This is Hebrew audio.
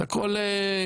זה הכל פשוט